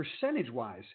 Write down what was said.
percentage-wise